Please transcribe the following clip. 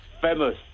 famous